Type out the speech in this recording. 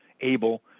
able